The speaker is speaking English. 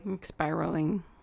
spiraling